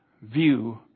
view